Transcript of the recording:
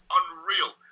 unreal